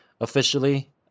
officially